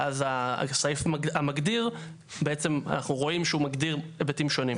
ואז הסעיף המגדיר בעצם אנחנו רואים שהוא מגדיר היבטים שונים.